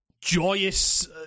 joyous